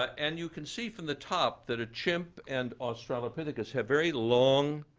and you can see from the top that a chimp and australopithecus have very long,